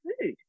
food